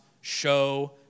show